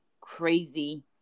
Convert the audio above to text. crazy